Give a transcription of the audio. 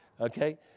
Okay